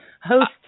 Host